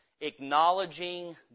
acknowledging